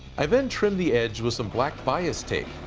i then trimmed the edge with some black bias tape.